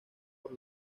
por